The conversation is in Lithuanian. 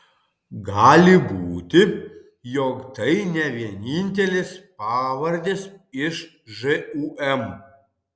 gali būti jog tai ne vienintelės pavardės iš žūm